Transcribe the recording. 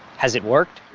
has it worked?